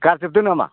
गारजोबदो नामा